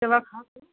दवा खा के